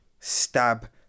Stab